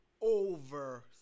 over